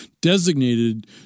designated